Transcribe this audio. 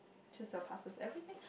just surpasses everything